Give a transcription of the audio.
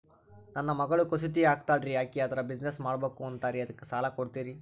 ನನ್ನ ಮಗಳು ಕಸೂತಿ ಹಾಕ್ತಾಲ್ರಿ, ಅಕಿ ಅದರ ಬಿಸಿನೆಸ್ ಮಾಡಬಕು ಅಂತರಿ ಅದಕ್ಕ ಸಾಲ ಕೊಡ್ತೀರ್ರಿ?